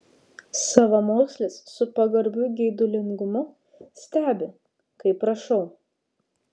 savamokslis su pagarbiu geidulingumu stebi kaip rašau